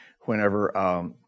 whenever